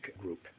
group